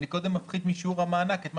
אני קודם מפחית משיעור המענק את מה